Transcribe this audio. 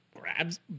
grabs